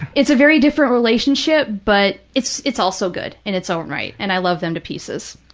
it's a very different relationship, but it's it's also good in its own right, and i love them to pieces.